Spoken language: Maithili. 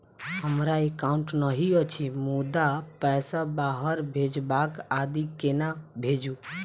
हमरा एकाउन्ट नहि अछि मुदा पैसा बाहर भेजबाक आदि केना भेजू?